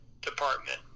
department